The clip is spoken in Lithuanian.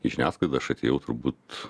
į žiniasklaidą aš atėjau turbūt